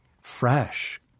fresh